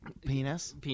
Penis